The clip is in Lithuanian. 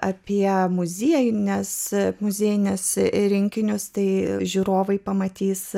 apie muziejines muziejines ir rinkinius tai žiūrovai pamatys